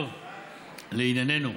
טוב, לענייננו,